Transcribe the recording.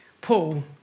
Paul